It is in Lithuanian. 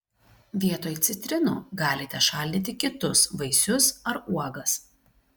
vietoj citrinų galite šaldyti kitus vaisius ar uogas